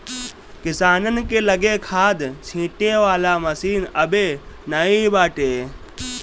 किसानन के लगे खाद छिंटे वाला मशीन अबे नाइ बाटे